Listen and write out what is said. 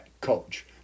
coach